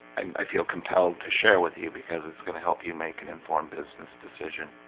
i feel compelled to share with you because it's gonna help you make an informed business decision.